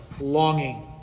longing